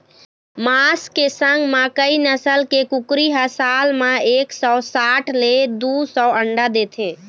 मांस के संग म कइ नसल के कुकरी ह साल म एक सौ साठ ले दू सौ अंडा देथे